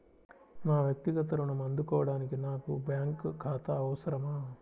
నా వక్తిగత ఋణం అందుకోడానికి నాకు బ్యాంక్ ఖాతా అవసరమా?